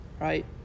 right